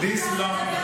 בתקנון?